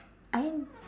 I en~